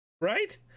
Right